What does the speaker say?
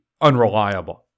unreliable